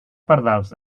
pardals